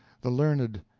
the learned,